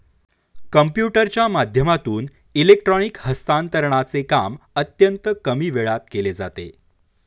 कम्प्युटरच्या माध्यमातून इलेक्ट्रॉनिक हस्तांतरणचे काम अत्यंत कमी वेळात केले जाते